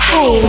Hey